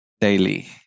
daily